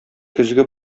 көзге